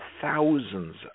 thousands